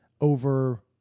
over